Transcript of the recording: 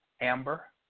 Amber